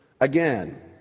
again